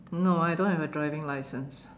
no I don't have a driving license